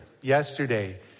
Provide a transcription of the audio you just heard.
yesterday